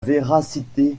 véracité